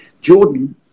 jordan